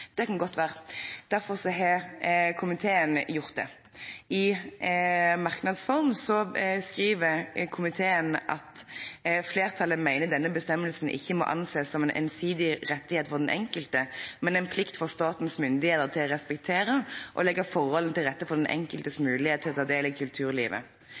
Det kan godt være. Derfor har komiteen gjort det. I merknadsform skriver komiteen: «Flertallet mener denne bestemmelsen ikke må anses som en ensidig rettighet for den enkelte, men en plikt for statens myndigheter til å respektere og legge forholdene til rette for den enkeltes mulighet til å ta del i kulturlivet.